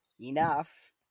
enough